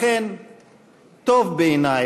לכן טוב בעיני,